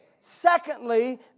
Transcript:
Secondly